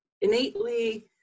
innately